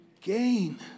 gain